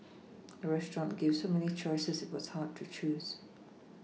the restaurant gave so many choices that it was hard to choose